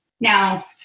Now